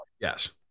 Yes